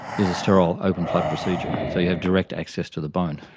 is a sterile open flap procedure. so you have direct access to the bone.